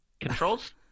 controls